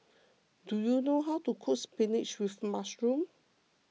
do you know how to cook Spinach with Mushroom